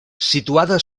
situada